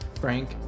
Frank